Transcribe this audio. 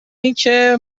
اینکه